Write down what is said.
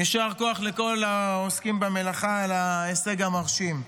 יישר כוח לכל העוסקים במלאכה על ההישג המרשים.